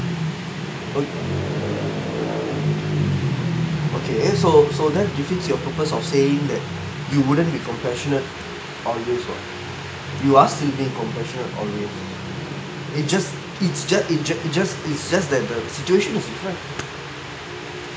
o~ okay so so that defeat your purpose of saying that you wouldn't be compassionate [what] you are still being compassionate always it just it's just it jus~ it jus~ is just that the situation is different